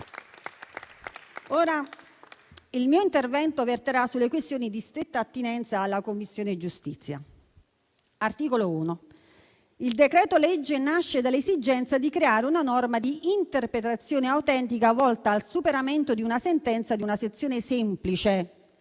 Il mio intervento verterà sulle questioni di stretta attinenza alla Commissione giustizia. Articolo 1: il decreto-legge nasce dall'esigenza di creare una norma di interpretazione autentica volta al superamento di una sentenza di una sezione semplice